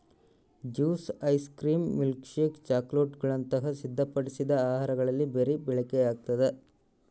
juice ice cream milkshake ಚಾಕೊಲೇಟ್ಗುಳಂತ ಸಿದ್ಧಪಡಿಸಿದ ಆಹಾರಗಳಲ್ಲಿ ಬೆರಿ ಬಳಕೆಯಾಗ್ತದ